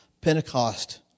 Pentecost